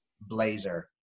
blazer